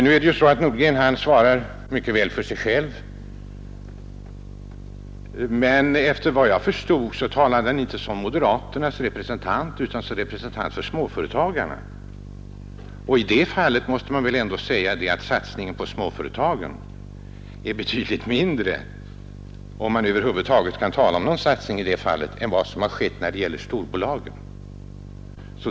Herr Nordgren kan mycket väl svara för sig själv, men efter vad jag förstod talade han här inte som moderaternas representant utan som representant för småföretagarna. I det fallet måste man väl ändå säga, att satsningen på småföretagen är betydligt mindre — om man över huvud taget kan tala om någon satsning — än den som skett när det gäller storbolagen.